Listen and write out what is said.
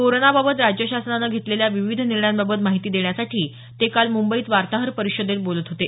कोरोनाबाबत राज्य शासनानं घेतलेल्या विविध निर्णयांबाबत माहिती देण्यासाठी ते काल मुंबईत वार्ताहर परिषदेत बोलत होते